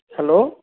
hello